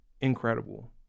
incredible